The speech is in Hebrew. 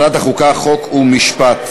לוועדת החוקה, חוק ומשפט